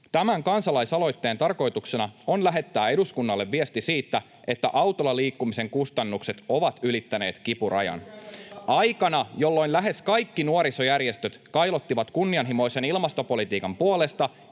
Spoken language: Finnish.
”Tämän kansalaisaloitteen tarkoituksena on lähettää eduskunnalle viesti siitä, että autolla liikkumisen kustannukset ovat ylittäneet kipurajan.” Aikana, jolloin lähes kaikki nuorisojärjestöt kailottivat kunnianhimoisen ilmastopolitiikan puolesta